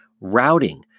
routing